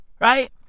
Right